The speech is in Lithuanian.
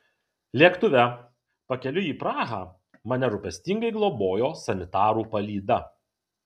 lėktuve pakeliui į prahą mane rūpestingai globojo sanitarų palyda